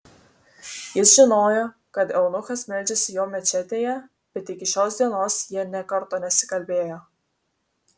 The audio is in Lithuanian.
jis žinojo kad eunuchas meldžiasi jo mečetėje bet iki šios dienos jie nė karto nesikalbėjo